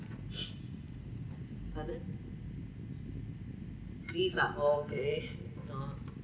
pardon leave ah oh okay oh